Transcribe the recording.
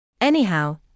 Anyhow